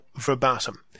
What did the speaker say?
verbatim